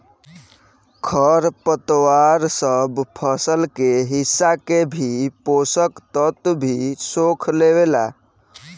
खर पतवार सब फसल के हिस्सा के भी पोषक तत्व भी सोख लेवेला